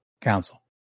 Council